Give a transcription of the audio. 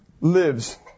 lives